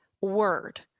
word